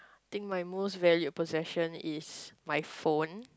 think my most valued possession is my phone